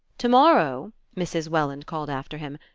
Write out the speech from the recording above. tomorrow, mrs. welland called after him,